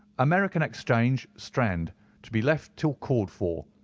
american exchange, strand to be left till called for.